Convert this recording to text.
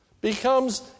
becomes